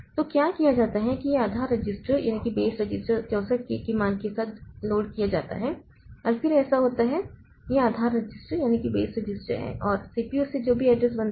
तो क्या किया जाता है कि यह आधार रजिस्टर 64 K के मान के साथ लोड किया जाता है और फिर ऐसा होता है यह आधार रजिस्टर है और सी पी यू से जो भी एड्रेस बनता है